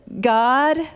God